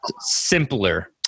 simpler